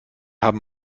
haben